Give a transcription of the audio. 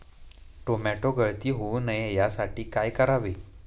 Tomato गळती होऊ नये यासाठी काय करावे?